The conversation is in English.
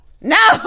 no